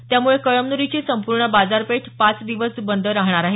त्यामुळे कळमुनुरीची संपूर्ण बाजारपेठ पाच दिवस बंद राहणार आहे